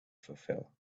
fulfill